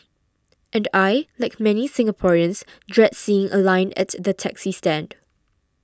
and I like many Singaporeans dread seeing a line at the taxi stand